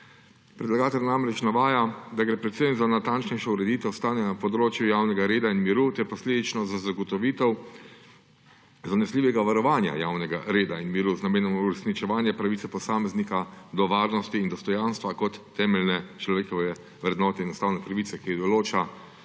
Predlagatelj namreč navaja, da gre predvsem za natančnejšo ureditev stanja na področju javnega reda in miru ter posledično za zagotovitev zanesljivega varovanja javnega reda in miru z namenom uresničevanja pravice posameznika do varnosti in dostojanstva kot temeljne človekove vrednote in ustavne pravice, ki jo določa